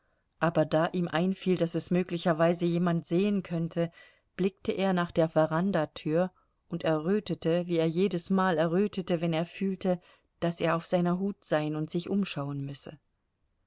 aber da ihm einfiel daß es möglicherweise jemand sehen könnte blickte er nach der verandatür und errötete wie er jedesmal errötete wenn er fühlte daß er auf seiner hut sein und sich umschauen müsse